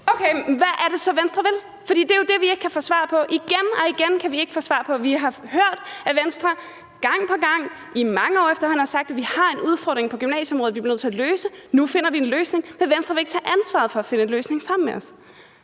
Okay, men hvad er det så, Venstre vil? For det er jo det, vi ikke kan få svar på. Igen og igen kan vi ikke få svar på det. Vi har hørt, at Venstre gang på gang – i mange år efterhånden – har sagt, at vi har en udfordring på gymnasieområdet, vi bliver nødt til at løse. Nu finder vi en løsning, men Venstre vil ikke tage ansvaret for at finde en løsning sammen med os.